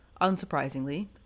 Unsurprisingly